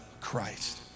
Christ